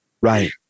Right